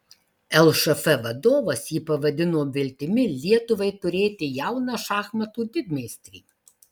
lšf vadovas jį pavadino viltimi lietuvai turėti jauną šachmatų didmeistrį